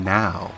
now